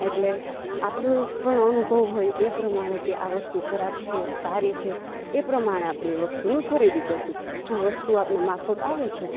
એટલે આપણું પણ અનુભવ હોય એ પ્રમાણે કે આ વસ્તુ ખરાબ છે સારી છે એ પ્રમાણે આપણી વસ્તુની ખરીદી કરીશું જો વસ્તુ આપણને માફક આવે છે